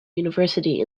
university